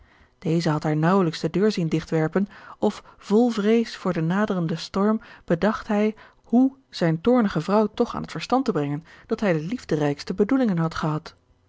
deze had haar naauwelijks de deur zien digtwerpen of vol vrees voor den naderenden storm bedacht hij hoe zijne toornige vrouw toch aan het verstand te brengen dat hij de liefderijkste bedoelingen had gehad